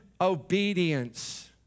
obedience